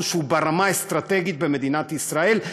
שהוא ברמה האסטרטגית במדינת ישראל,